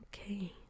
Okay